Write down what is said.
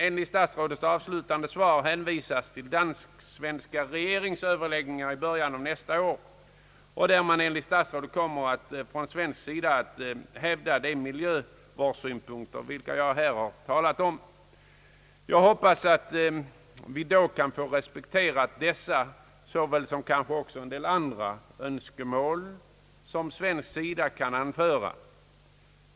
Enligt statsrådets svar hänvisas emellertid till dansk-svenska regeringsöverläggningar i början av nästa år, där man enligt statsrådets uppgift från svensk sida kommer att hävda de miljövårdssynpunkter som jag här har talat om. Jag hoppas att såväl dessa som även en del andra önskemål från svensk sida då kan bli respekterade.